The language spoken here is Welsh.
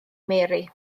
mary